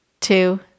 two